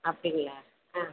அப்படிங்ளா ஆ